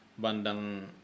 bandang